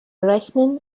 rechnen